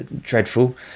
dreadful